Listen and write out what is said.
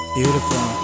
beautiful